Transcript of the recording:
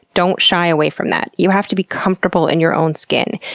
don't shy away from that. you have to be comfortable in your own skin.